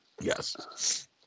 Yes